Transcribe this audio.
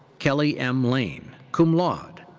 kelly m. lane, cum laude.